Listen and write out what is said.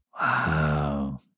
Wow